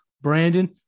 Brandon